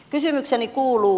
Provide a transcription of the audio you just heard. kysymykseni kuuluu